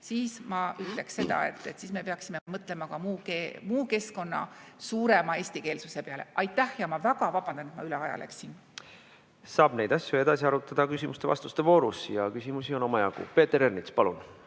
siis ma ütleks seda, et siis me peaksime mõtlema ka muu keskkonna suurema eestikeelsuse peale. Aitäh! Ja ma väga vabandan, et ma üle aja läksin! Saab neid asju edasi arutada küsimuste-vastuste voorus ja küsimusi on omajagu. Peeter Ernits, palun!